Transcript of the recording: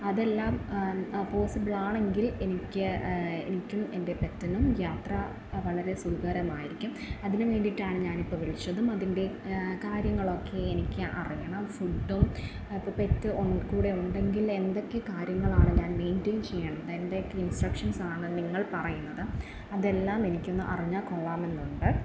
അതെല്ലാം പോസിബിളാണെങ്കിൽ എനിക്ക് എനിക്കും എൻ്റെ പെറ്റിനും യാത്ര വളരെ സുഖകരമായിരിക്കും അതിന് വേണ്ടിയിട്ടാണ് ഞാനിപ്പം വിളിച്ചതും അതിൻ്റെ കാര്യങ്ങളൊക്കെ എനിക്ക് അറിയണം ഫുഡ്ഡും ഇപ്പം പെറ്റ് കൂടെ ഉണ്ടെങ്കിൽ എന്തൊക്കെ കാര്യങ്ങളാണ് ഞാൻ മേയ്ൻറ്റേയ്ൻ ചെയ്യണ്ടത് എന്തൊക്കെ ഇൻസ്ട്രക്ഷൻസാണ് നിങ്ങൾ പറയുന്നത് അതെല്ലാം എനിക്കൊന്ന് അറിഞ്ഞാൽ കൊള്ളാമെന്നുണ്ട്